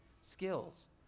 skills